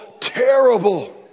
terrible